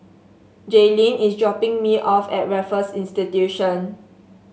Jaylene is dropping me off at Raffles Institution